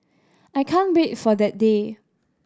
I can't wait for that day